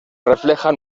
refleja